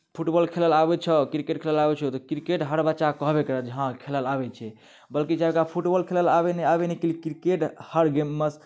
football खेलल आबै छौ क्रिकेट खेलल आबैत छौ तऽ क्रिकेट हर बच्चा कहबे करत जे हँ खेलल आबैत छै बल्कि जकरा फुटबॉल खेलय आबय नहि आबय नहि लेकिन क्रिकेट हर गेममे